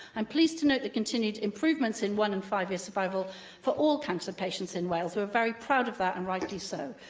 i'm pleased to note the continued improvements in one and five-year survival for all cancer patients in wales. we're very proud of that, and rightly so.